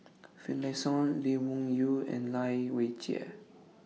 Finlayson Lee Wung Yew and Lai Weijie